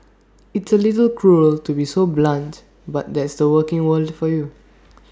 it's A little cruel to be so blunt but that's the working world for you